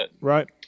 Right